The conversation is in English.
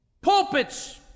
Pulpits